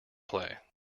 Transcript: play